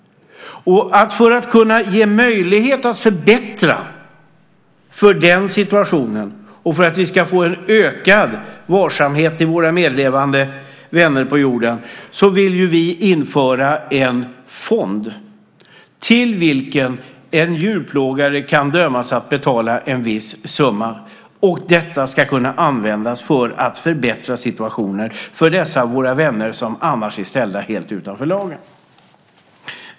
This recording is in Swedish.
För att kunna förbättra denna situation och få en ökad varsamhet om våra medlevande vänner på jorden vill vi införa en fond till vilken en djurplågare kan dömas att betala en viss summa. Denna ska kunna användas för att förbättra situationen för dessa våra vänner som annars är ställda helt utanför lagen.